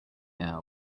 air